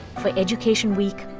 for education week,